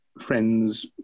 friends